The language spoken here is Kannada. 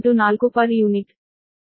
84 ಪರ್ ಯೂನಿಟ್